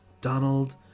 Donald